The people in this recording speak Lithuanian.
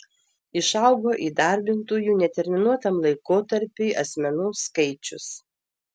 išaugo įdarbintųjų neterminuotam laikotarpiui asmenų skaičius